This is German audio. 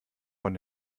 von